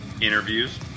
interviews